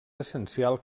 essencial